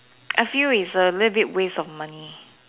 I see with a little bit waste of money